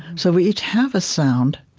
so we each have a sound.